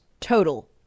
total